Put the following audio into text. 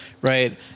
right